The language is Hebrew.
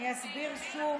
אני אסביר שוב